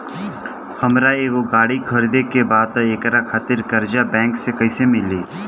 हमरा एगो गाड़ी खरीदे के बा त एकरा खातिर कर्जा बैंक से कईसे मिली?